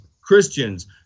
Christians